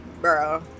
bro